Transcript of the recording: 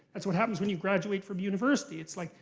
that's what happens when you graduate from university. it's like,